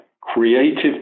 creative